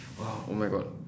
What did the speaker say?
!whoa! oh my god